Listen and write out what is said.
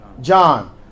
John